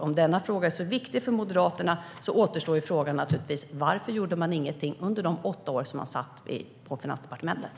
Om denna fråga är så viktig för Moderaterna återstår frågan: Varför gjorde man ingenting under de åtta år som man styrde på Finansdepartementet?